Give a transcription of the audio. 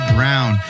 Brown